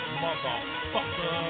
motherfucker